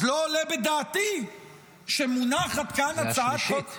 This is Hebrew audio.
אז לא עולה בדעתי שמונחת כאן הצעת חוק --- זאת השלישית.